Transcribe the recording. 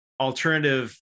alternative